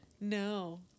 no